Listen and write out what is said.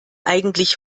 eigentlich